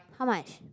how much